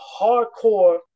hardcore